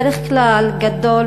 בדרך כלל גדול,